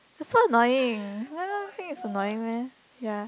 it's so annoying why won't you think it's annoying meh ya